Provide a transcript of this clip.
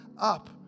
up